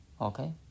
okay